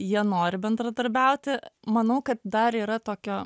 jie nori bendradarbiauti manau kad dar yra tokio